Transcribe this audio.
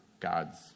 God's